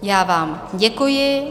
Já vám děkuji.